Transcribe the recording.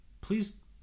please